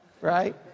right